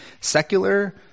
secular